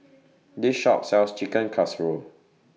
This Shop sells Chicken Casserole